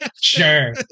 sure